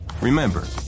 Remember